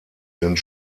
sind